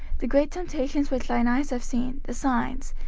the great temptations which thine eyes have seen, the signs,